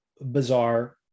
bizarre